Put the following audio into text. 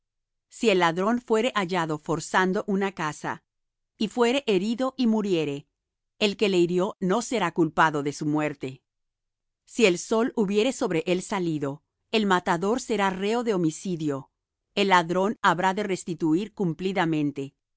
si el ladrón fuere hallado forzando una casa y fuere herido y muriere el que le hirió no será culpado de su muerte si el sol hubiere sobre él salido el matador será reo de homicidio el ladrón habrá de restituir cumplidamente